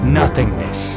nothingness